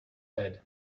bed